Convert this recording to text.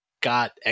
got